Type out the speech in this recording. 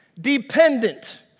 dependent